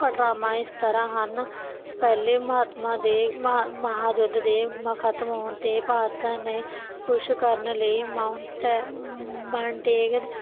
ਘਟਨਾਵਾਂ ਇਸ ਤਰ੍ਹਾਂ ਹਨ ਪਹਿਲੇ ਮਹਾਤਮਾ ਦੇ ਮਹਾਂਯੁੱਧ ਦੇ ਖਤਮ ਹੋਣ ਤੇ ਭਾਰਤ ਨੇ ਕੁਝ ਕਰਨ ਲਈ ਮਾਊਂਟਨ